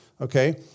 Okay